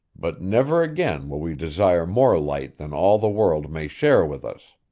but never again will we desire more light than all the world may share with us